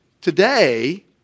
today